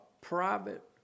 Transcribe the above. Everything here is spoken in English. private